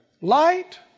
Light